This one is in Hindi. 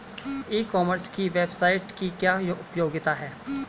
ई कॉमर्स की वेबसाइट की क्या उपयोगिता है?